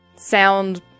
sound